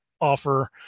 offer